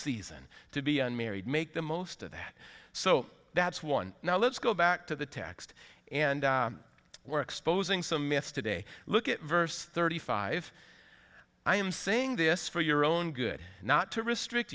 season to be unmarried make the most of that so that's one now let's go back to the text and we're exposing some myths today look at verse thirty five i am saying this for your own good not to restrict